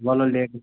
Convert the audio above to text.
Wular lake